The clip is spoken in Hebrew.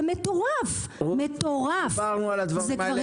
זה מטורף -- דיברנו על העניין הזה.